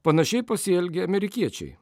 panašiai pasielgė amerikiečiai